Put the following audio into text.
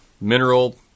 Mineral